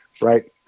right